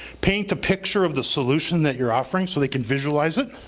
paint a picture of the solution that you're offering so they can visualize it.